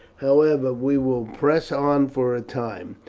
however, we will press on for a time.